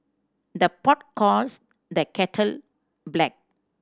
the pot calls the kettle black